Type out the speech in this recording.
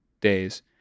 days